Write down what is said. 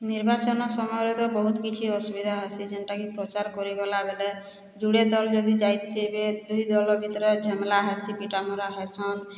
ନିର୍ବାଚନ ସମୟରେ ତ ବହୁତ୍ କିଛି ଅସୁବିଧା ହେସି ଯେନ୍ଟାକି ପ୍ରଚାର୍ କରି ଗଲାବେଲେ ଜୁଡ଼େ ଦଲ୍ ଯଦି ଯାଇଥିବେ ଦୁଇ ଦଳ ଭିତରେ ଝାମେଲା ହେସି ପିଟାମରା ହେସନ୍